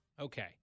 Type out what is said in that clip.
Okay